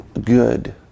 good